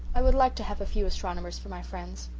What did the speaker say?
i would like to have a few astronomers for my friends.